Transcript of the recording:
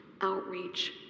outreach